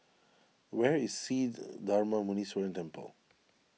where is Sri Darma Muneeswaran Temple